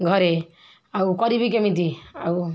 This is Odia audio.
ଘରେ ଆଉ କରିବି କେମିତି ଆଉ